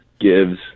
gives